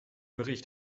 bericht